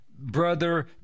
brother